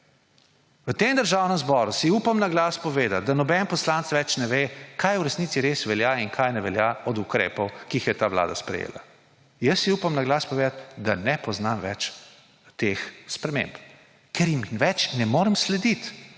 V Državnem zboru si upam na glas povedati, da noben poslanec več ne ve, kaj v resnici res velja in kaj ne velja od ukrepov, ki jih je ta vlada sprejela. Jaz si upam na glas povedati, da ne poznam več teh sprememb, ker jim več ne morem slediti,